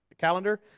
calendar